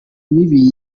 mibi